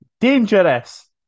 dangerous